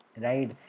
Right